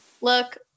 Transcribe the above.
look